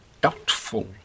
doubtful